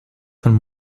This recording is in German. von